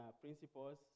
principles